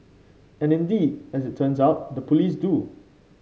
and indeed as it turns out the police do